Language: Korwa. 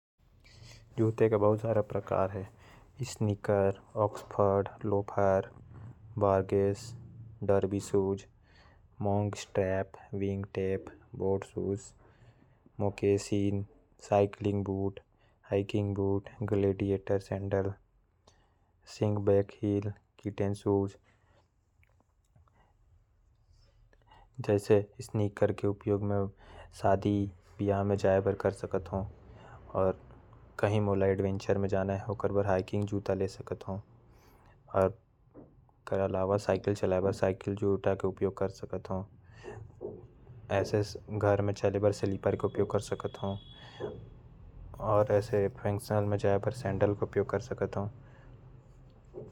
जूता के बहुत सारा प्रकार है। स्नीकर्स, लोफर, ऑक्सफ़ोर्ड जूते, मोंक स्ट्रैप जूते। Platform shoes, slingback, strappy sandal. Tennis shoe, flat bottom, rain boot.